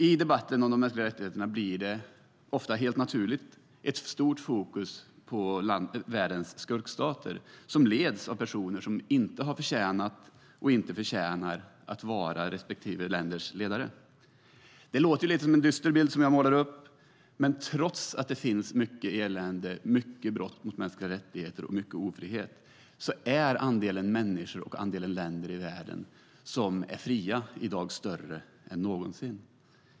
I debatterna om de mänskliga rättigheterna blir det ofta, helt naturligt, ett stort fokus på världens skurkstater, som leds av personer som inte har förtjänat och inte förtjänar att vara sina respektive länders ledare. Det låter som en dyster bild jag målar upp. Men trots att vi ser mycket elände och många brott mot mänskliga rättigheter och mycket ofrihet är andelen människor och länder i världen som är fria i dag större än någonsin.